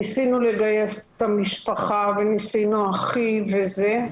ניסינו לגייס את המשפחה, אחי וזה.